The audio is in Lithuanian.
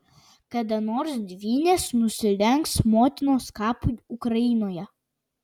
kada nors dvynės nusilenks motinos kapui ukrainoje